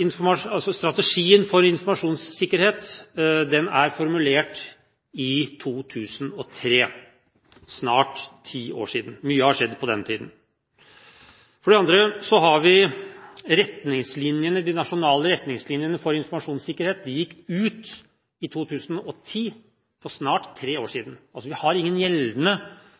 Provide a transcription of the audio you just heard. Nasjonal strategi for informasjonssikkerhet ble formulert i 2003, for snart ti år siden. Mye har skjedd på denne tiden. For det andre gikk de nasjonale retningslinjene for informasjonssikkerhet ut i 2010, for snart tre år